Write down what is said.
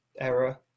error